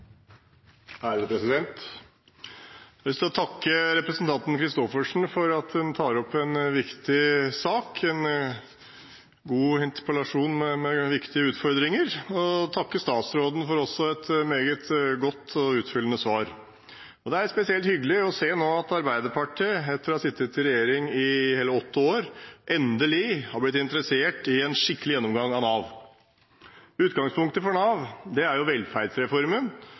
Jeg har lyst til å takke representanten Christoffersen for at hun tar opp en viktig sak – en god interpellasjon med viktige utfordringer – og takke statsråden også for et meget godt og utfyllende svar. Det er spesielt hyggelig å se at Arbeiderpartiet nå – etter å ha sittet i regjering i hele åtte år – endelig har blitt interessert i en skikkelig gjennomgang av Nav. Utgangspunktet for Nav er jo velferdsreformen